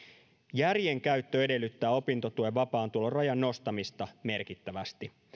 järjen käyttö edellyttää opintotuen vapaan tulon rajan nostamista merkittävästi